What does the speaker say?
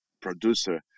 producer